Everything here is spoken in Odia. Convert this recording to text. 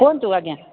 କୁହନ୍ତୁ ଆଜ୍ଞା